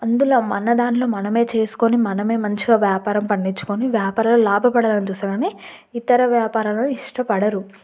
అందులో మన దాంట్లో మనమే చేసుకుని మనమే మంచిగా వ్యాపారం పండించుకొని వ్యాపారాలు లాభపడాలని చూస్తారు కానీ ఇతర వ్యాపారాలను ఇష్టపడరు